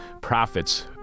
Profits